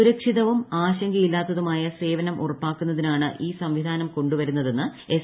സുരക്ഷിതവും ആശങ്കയില്ലാത്തതുമായ സേവനം ഉറപ്പാക്കുന്നതിനാണ് ഈ സംവിധാനം കൊണ്ടുവരുന്നതെന്ന് എസ്